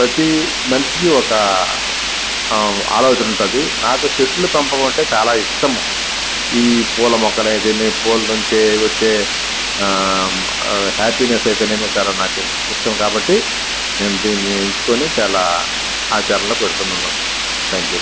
ప్రతి మనిషికి ఒక ఆలోచన ఉంటుంది నాకు చెట్లు పెంపకం అంటే చాలా ఇష్టము ఈ పూల మొక్కలైతేనేమి పూల నుంచి వచ్చే హ్యాపీనెస్ అయితేనేమి చాలా నాకు ఇష్టము కాబట్టీ నేను దీన్ని ఎంచుకుని చాలా ఆచారణలో పెడుతున్నాను థ్యాంక్ యూ